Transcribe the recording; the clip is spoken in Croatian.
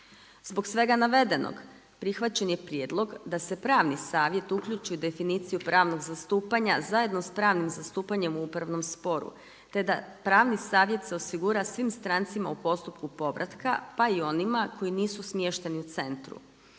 Zbog svega navedenog, prihvaćen je prijedlog da se pravni savjet uključi u definiciju pravnog zastupanja zajedno sa pravnim zastupanjem u upravnom sporu, te da pravni savjet se osigura svim strancima u postupku povratka pa i onima koji nisu smješteni u centru.